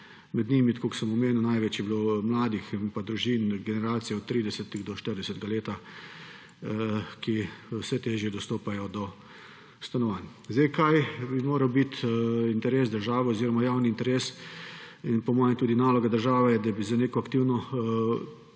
je bilo, tako kot sem omenil, največ mladih in družin, generacije od 30. do 40. leta, ki vse težje dostopajo do stanovanj. Kaj bi moral biti interes države oziroma javni interes in po mojem tudi naloga države? Da bi z neko aktivno